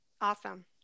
Awesome